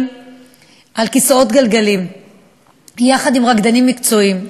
על כיסאות גלגלים יחד עם רקדנים מקצועיים,